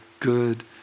Good